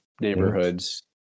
neighborhoods